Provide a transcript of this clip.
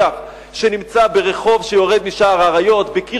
שנמצא ברחוב שיורד משער האריות: על קיר